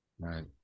Right